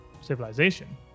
civilization